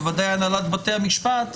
בוודאי הנהלת בתי המשפט.